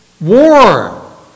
war